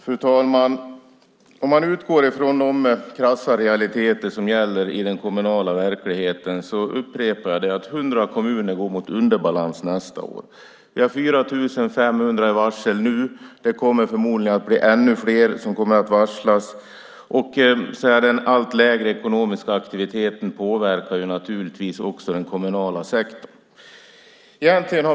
Fru talman! Om man utgår från de krassa realiteter som gäller i den kommunala verkligheten går 100 kommuner mot underbalans nästa år. Vi har 4 500 varsel nu. Förmodligen kommer ännu fler att varslas. Den allt lägre ekonomiska aktiviteten påverkar naturligtvis också den kommunala sektorn.